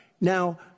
Now